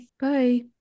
Bye